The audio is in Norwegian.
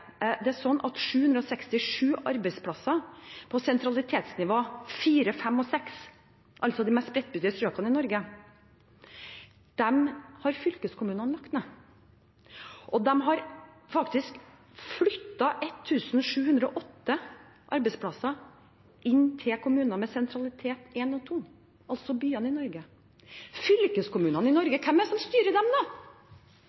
det sånn at 767 arbeidsplasser på sentralitetsnivå 4, 5 og 6, altså de mest spredtbygde strøkene i Norge, har fylkeskommunene lagt ned, og de har faktisk flyttet 1 708 arbeidsplasser til kommuner med sentralitet 1 og 2, altså byene i Norge. Fylkeskommune i Norge